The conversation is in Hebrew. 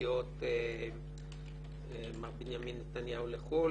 נסיעות למר בנימין נתניהו בחו"ל,